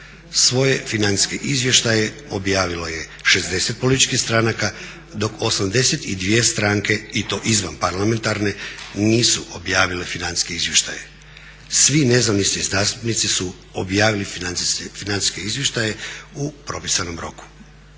Svoje financijske izvještaje objavilo je 60 političkih stranaka dok 82 stranke i to izvan parlamentarne nisu objavile financijske izvještaje. Svi nezavisni zastupnici su objavili financijske izvještaje u propisanom roku.